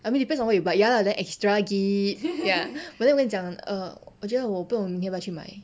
I mean depends on what you but ya lah that extra gib ya but then 我跟你讲 err 我觉得我不懂要不要去买